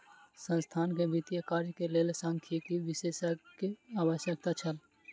संस्थान के वित्तीय कार्य के लेल सांख्यिकी विशेषज्ञक आवश्यकता छल